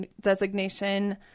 designation